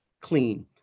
clean